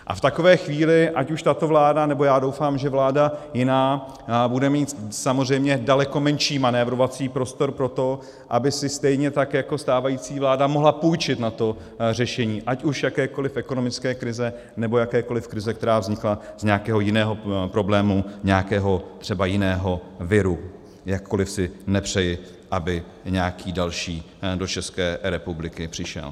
A v takové chvíli ať už tato vláda, nebo já doufám, že vláda jiná, bude mít samozřejmě daleko menší manévrovací prostor pro to, aby si stejně tak jako stávající vláda mohla půjčit na řešení ať už jakékoliv ekonomické krize, nebo jakékoliv krize, která vznikla z nějakého jiného problému, nějakého třeba jiného viru, jakkoliv si nepřeji, aby nějaký další do České republiky přišel.